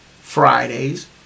Fridays